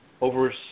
over